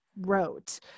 wrote